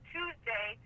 Tuesday